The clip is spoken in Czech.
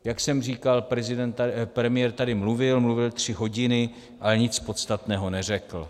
Jak jsem říkal, premiér tady mluvil, mluvil tři hodiny, ale nic podstatného neřekl.